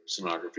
sonography